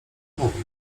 mówi